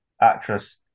actress